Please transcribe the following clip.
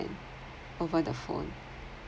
over the phone